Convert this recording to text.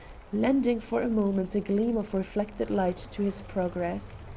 lending for a moment a gleam of reflected light to his progress.